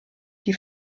die